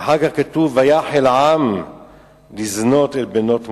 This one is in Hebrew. ואחר כך כתוב: ויחל העם לזנות אל בנות מואב.